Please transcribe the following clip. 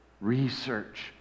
Research